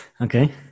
Okay